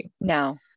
No